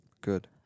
Good